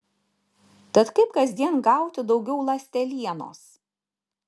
tad kaip kasdien gauti daugiau ląstelienos